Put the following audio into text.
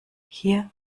hier